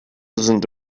sind